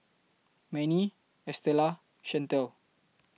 Mannie Estela Shantel